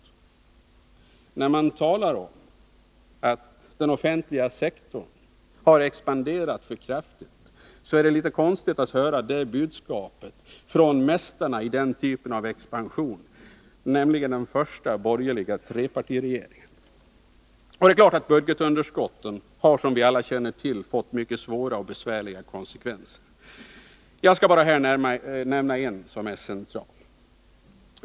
När man talar om att den offentliga sektorn har expanderat för kraftigt, så är det litet konstigt att höra det budskapet från mästarna i den typen av expansion, nämligen den första borgerliga trepartiregeringen. Budgetunderskotten har, som vi alla känner till, fått mycket svåra konsekvenser. Jag skall bara här nämna en, som är central.